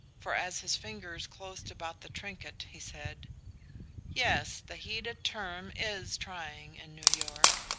for as his fingers closed about the trinket he said yes, the heated term is trying in new york.